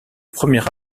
premier